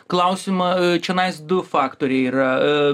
klausimą čionais du faktoriai yra